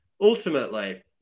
Ultimately